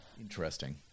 interesting